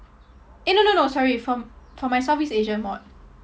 eh no no no sorry for for my southeast asian mod